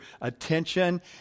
attention